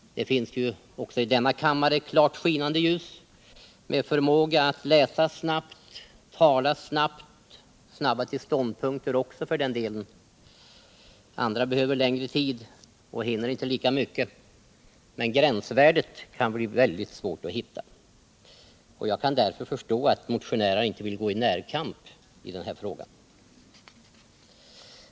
Det finns ju också i denna kammare klart skinande ljus, med förmåga att läsa snabbt, tala snabbt — och vara snabba till ståndpunkter också för den delen. Andra behöver längre tid och hinner inte lika mycket, men gränsvärdet kan bli synnerligen svårt att hitta. Jag kan därför förstå att motionärerna inte vill gå i närkamp i den frågan.